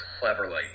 cleverly